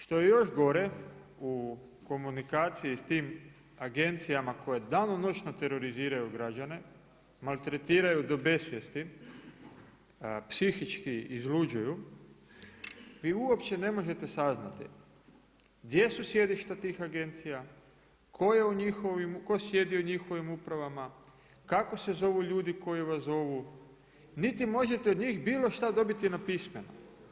Što je još gore u komunikaciji s tim agencijama koje danonoćno teroriziraju građane, maltretiraju do besvijesti psihički izluđuju vi uopće ne možete saznati gdje su sjedišta tih agencija, tko sjedi u njihovim upravama, kako se zovu ljudi koji vas zovu, niti možete od njih bilo šta dobiti na pismeno.